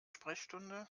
sprechstunde